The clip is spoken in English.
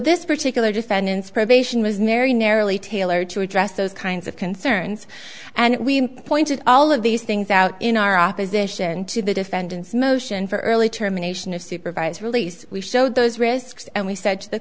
this particular defendant's probation was mary narrowly tailored to address those kinds of concerns and we pointed all of these things out in our opposition to the defendant's motion for early termination of supervised release we showed those risks and we said to the